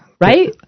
Right